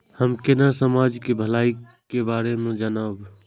हमू केना समाज के भलाई के बारे में जानब?